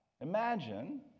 imagine